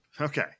Okay